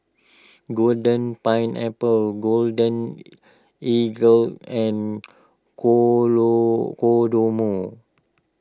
Golden Pineapple Golden Eagle and Kodomo